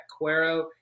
Cuero